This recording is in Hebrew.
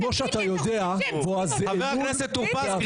כמו שאתה יודע ------ משה טור פז,